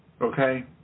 okay